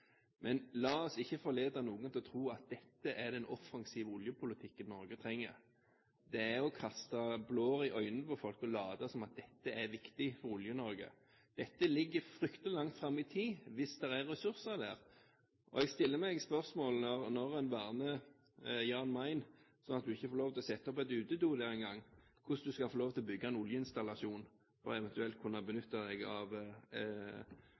Men la oss ikke forlede noen til å tro at dette er den offensive oljepolitikken Norge trenger. Det er å kaste blår i øynene på folk å late som om dette er viktig for Olje-Norge. Dette ligger fryktelig langt fram i tid, hvis det er ressurser der. Jeg stiller meg spørsmålet: Når en verner Jan Mayen, slik at en ikke får lov til å sette opp en utedo der en gang, hvordan skal en da få lov til å bygge en oljeinstallasjon og eventuelt benytte seg av